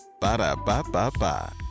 Ba-da-ba-ba-ba